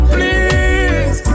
Please